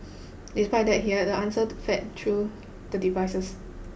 despite that he had the answered fed through the devices